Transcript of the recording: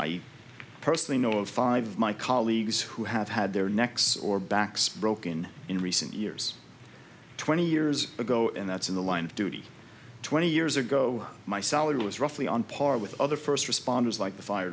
i personally know of five of my colleagues who have had their necks or backs broken in recent years twenty years ago and that's in the line of duty twenty years ago my salary was roughly on par with other first responders like the fire